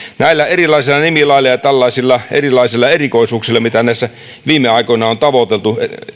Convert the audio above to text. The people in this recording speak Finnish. näillä erilaisilla nimilaeilla ja tällaisilla erilaisilla erikoisuuksilla mitä viime aikoina on tavoiteltu